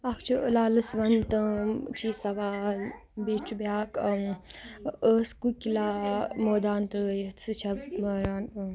اَکھ چھ لالَس وَنتَم چھی سَوال بیٚیہِ چھ بیٛاکھ ٲس کُکہِ لا مٲدان ترٲیِتھ سُہ چَھا وٲران